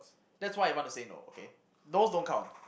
that's why I wanna say no okay those don't count